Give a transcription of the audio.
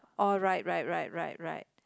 alright right right right right